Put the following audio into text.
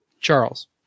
Charles